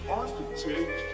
architect